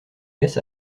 laisse